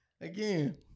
again